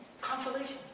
Consolation